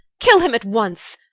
kill him at once!